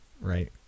right